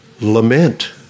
Lament